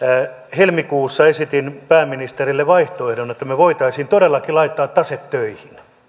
helmikuussa esitin pääministerille vaihtoehdon että me voisimme todellakin laittaa taseen töihin